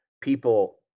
people